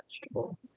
vegetable